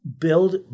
build